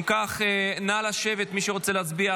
אם כך, נא לשבת, מי שרוצה להצביע.